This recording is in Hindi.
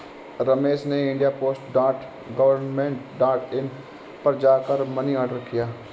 रमेश ने India post dot government dot in पर जा कर मनी ऑर्डर किया